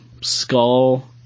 skull